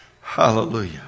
Hallelujah